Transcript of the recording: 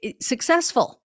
successful